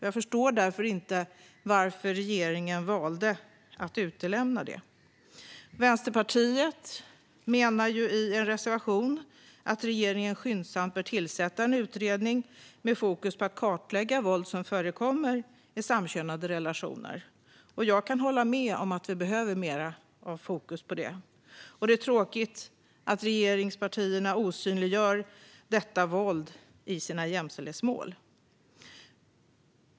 Jag förstår därför inte varför regeringen valde att utelämna den delen. Vänsterpartiet menar i en reservation att regeringen skyndsamt bör tillsätta en utredning med fokus på att kartlägga våld som förekommer i samkönade relationer. Jag kan hålla med om att detta bör få mer fokus. Det är tråkigt att regeringspartierna osynliggör detta våld i sina jämställdhetsmål.